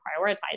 prioritize